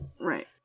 Right